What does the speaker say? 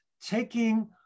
taking